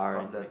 got the